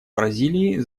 бразилии